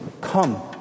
Come